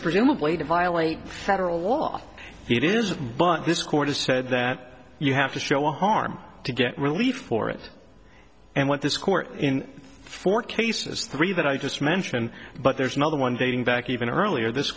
presumably to violate federal law it is but this court has said that you have to show harm to get relief for it and what this court in four cases three that i just mentioned but there's another one dating back even earlier this